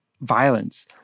violence